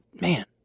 man